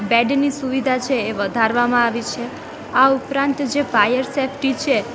બેડની સુવિધા છે એ વધારવામાં આવી છે આ ઉપરાંત જે ફાયર સેફટી છે